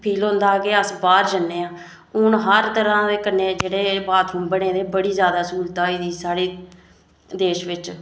feel होंदा के अस बाहर जन्ने आं हून हर तरह दे कन्नै जेह्ड़े बाथरूम बने दे बड़ी ज्यादा स्हूलतां न साढ़े देश बिच